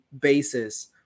basis